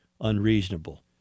unreasonable